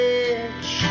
edge